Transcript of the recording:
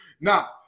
Now